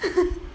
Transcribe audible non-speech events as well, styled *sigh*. *laughs*